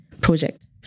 project